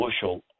bushel